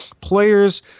Players